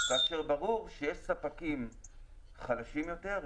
כאשר ברור שיש ספקים חלשים יותר,